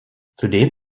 zudem